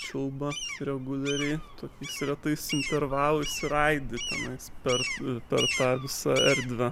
čiulba reguliariai tokiais retais intervalais ir aidi tenais per per tą visą erdvę